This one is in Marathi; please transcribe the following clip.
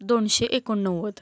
दोनशे एकोणनव्वद